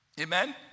Amen